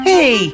Hey